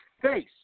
face